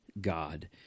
God